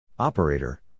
Operator